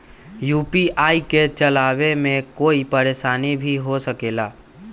UPI के चलावे मे कोई परेशानी भी हो सकेला?